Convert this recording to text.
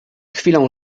chwilą